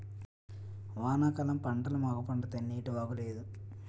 వానాకాలం పంటలు మాకు పండుతాయి నీటివాగు లేదు